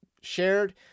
shared